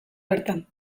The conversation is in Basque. bertan